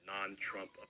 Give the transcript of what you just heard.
non-Trump